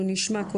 חשפנית,